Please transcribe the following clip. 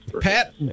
Pat